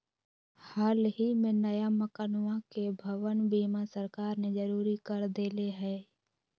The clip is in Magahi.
हल ही में नया मकनवा के भवन बीमा सरकार ने जरुरी कर देले है